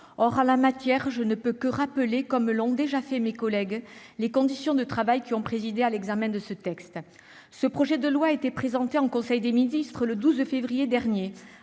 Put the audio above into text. Or, en la matière, je ne peux que rappeler, comme l'ont déjà fait mes collègues, les conditions de travail qui ont présidé à l'examen de ce texte. Ce projet de loi a été présenté en conseil des ministres le 12 février dernier,